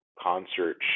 concert